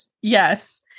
Yes